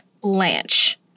Blanche